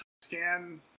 Scan